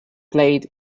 blade